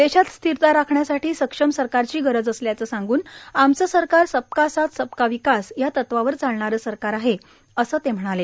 देशात स्थिरता राखण्यासाठी सक्षम सरकारची गरज असल्याचं सांगन आमचं सरकार सबका साथ सबका विकास या तत्वावर चालणारं सरकार आहे असं ते म्हणाले